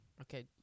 Okay